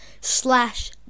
slash